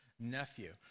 Nephew